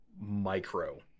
micro